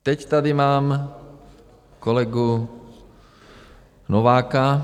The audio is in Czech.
Teď tady mám kolegu Nováka.